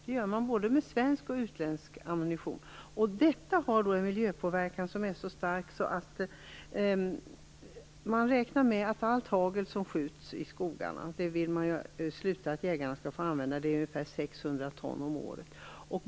Nu gör man det med både svensk och utländsk ammunition, och detta har en mycket stark miljöpåverkan. Man räknar med att allt blyhagel som skjuts i skogarna - det vill man ju att jägarna skall sluta använda - är ungefär 600 ton om året.